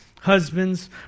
Husbands